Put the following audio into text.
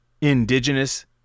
Indigenous